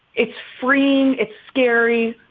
it's free. it's scary,